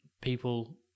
people